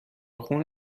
خون